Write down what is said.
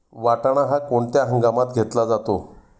वाटाणा हा कोणत्या हंगामात घेतला जातो?